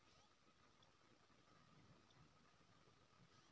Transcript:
तोहर देशमे कर के दर की छौ?